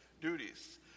duties